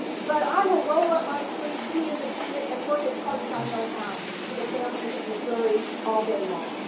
but i will roll up my sleeves, be independent and work as hard as i know how for the families of missouri all day long.